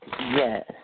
Yes